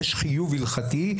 יש חיוב הלכתי,